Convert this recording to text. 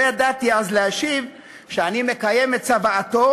לא ידעתי אז להשיב שאני מקיים את צוואתו